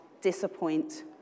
disappoint